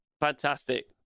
Fantastic